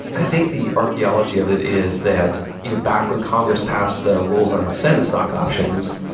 i think the archeology of it is that you know back when congress passed the rules on incentive stock options,